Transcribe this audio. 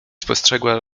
spostrzegła